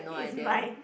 is my